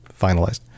finalized